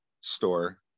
store